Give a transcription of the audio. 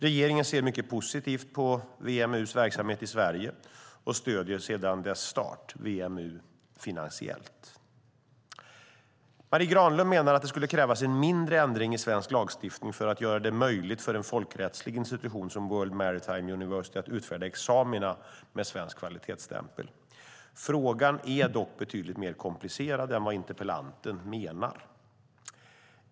Regeringen ser mycket positivt på WMU:s verksamhet i Sverige och stöder sedan dess start WMU finansiellt. Marie Granlund menar att det skulle krävas en mindre ändring i svensk lagstiftning för att göra det möjligt för en folkrättslig institution som World Maritime University att utfärda examina med svensk kvalitetsstämpel. Frågan är dock betydligt mer komplicerad än vad interpellanten menar.